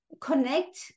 connect